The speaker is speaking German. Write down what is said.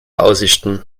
aussichten